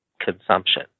consumption